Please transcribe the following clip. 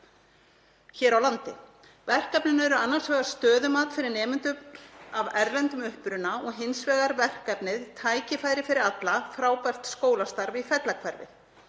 hér á landi. Verkefnin eru annars vegar stöðumat fyrir nemendur af erlendum uppruna og hins vegar verkefnið Tækifæri fyrir alla: Frábært skólastarf í Fellahverfi.